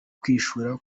kwishyura